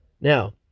Now